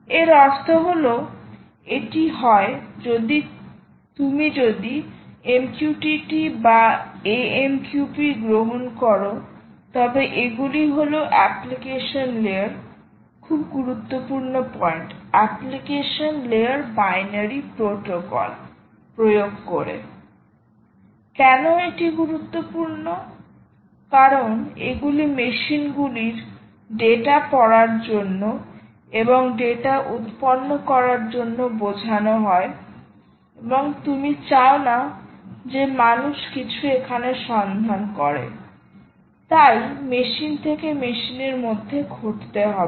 এর অর্থ হল এটি হয় তুমি যদি MQTT বা AMQP গ্রহণ কর তবে এগুলি হল অ্যাপ্লিকেশন লেয়ার খুব গুরুত্বপূর্ণ point application layer binary protocol প্রয়োগ করে কেন এটি গুরুত্বপূর্ণ কারণ এগুলি মেশিনগুলি ডেটা পড়ার জন্য এবং ডেটা উত্পন্ন করার জন্য বোঝানো হয় এবং তুমি চাওনা যে মানুষ কিছু এখানে সন্ধান করে তাই মেশিন থেকে মেশিনের মধ্যে ঘটতে হবে